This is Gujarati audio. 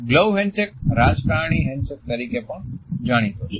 ગ્લવ હેન્ડશેક રાજકારણી હેન્ડશેક તરીકે પણ જાણીતો થયો છે